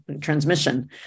transmission